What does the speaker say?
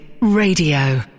Radio